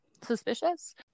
suspicious